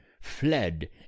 fled